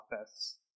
office